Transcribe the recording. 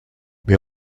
mais